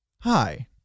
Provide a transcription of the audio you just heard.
hi